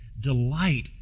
delight